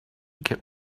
get